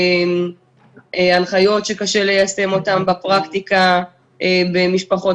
הנחיות שקשה ליישם אותן בפרקטיקה במשפחות